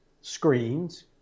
screens